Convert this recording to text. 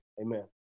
amen